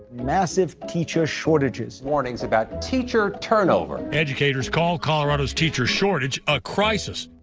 massive teacher shortages. warnings about teacher turnover. educators call colorado's teacher shortage a crisis.